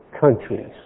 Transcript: countries